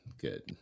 good